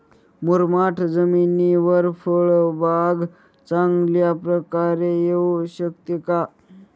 मुरमाड जमिनीवर फळबाग चांगल्या प्रकारे येऊ शकते का?